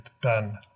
done